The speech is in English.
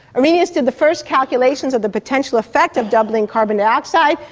arrhenius did the first calculations of the potential effect of doubling carbon dioxide,